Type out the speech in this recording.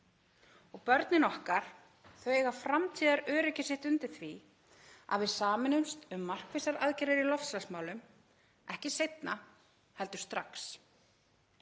Börnin okkar eiga framtíðaröryggi sitt undir því að við sameinumst um markvissar aðgerðir í loftslagsmálum, ekki seinna heldur strax.